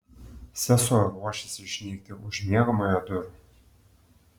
sesuo ruošėsi išnykti už miegamojo durų